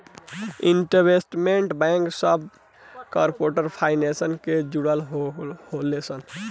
investment bank सभ corporate finance से जुड़ल होले सन